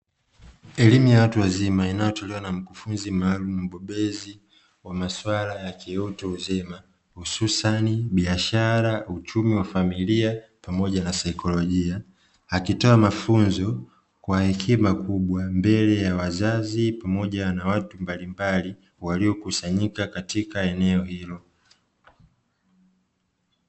Elimu ya watu wazima inayotolewa na mkufunzi maalumu mbobeziwa masuala ya ki utu uzima hususa ni biashara, uchumi wa familia pamoja na saikolojia, akitoa mafunzo kwa hekima kubwa mbele ya wazazi pamoja na watu mbalimbali waliokusanyika katika eneo hilo.